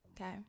okay